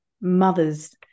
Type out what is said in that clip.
mothers